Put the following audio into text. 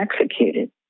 executed